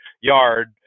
yard